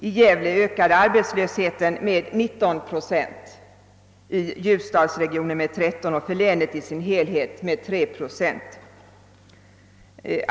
I Gävle ökade arbetslösheten med 19 procent, i Ljusdalsregionen med 13 och i länet i dess helhet med 3 procent.